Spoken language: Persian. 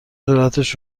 جراتش